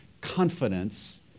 confidence